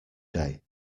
day